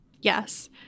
Yes